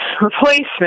replacement